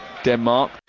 Denmark